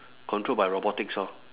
controlled by robotics orh